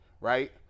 right